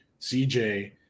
CJ